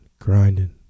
grinding